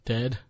Dead